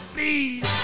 Please